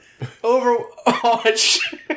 Overwatch